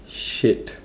shit